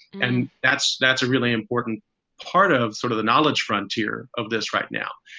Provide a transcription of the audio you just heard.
and that's that's a really important part of sort of the knowledge frontier of this right now.